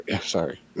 Sorry